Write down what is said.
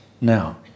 Now